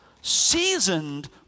seasoned